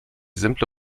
simple